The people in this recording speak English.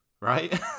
right